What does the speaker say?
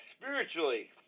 Spiritually